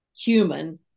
human